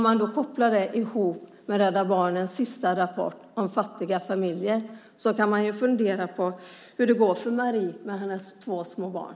Man kan koppla det till Rädda Barnens senaste rapport om fattiga familjer och fundera på hur det går för Marie och hennes två små barn.